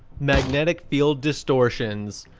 magnetic field distortions.